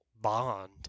bond